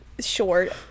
short